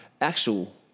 actual